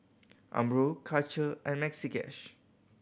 Umbro Karcher and Maxi Cash